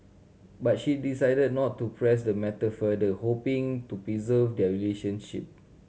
but she decided not to press the matter further hoping to preserve their relationship